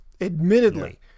Admittedly